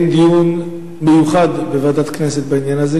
דיון מיוחד בוועדת הכנסת בעניין הזה,